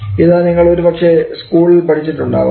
ഇത് നിങ്ങൾ ഒരുപക്ഷേ സ്കൂളിൽ പഠിച്ചിട്ടുണ്ടആവാം